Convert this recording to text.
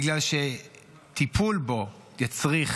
בגלל שטיפול בו יצריך